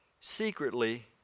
secretly